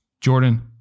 Jordan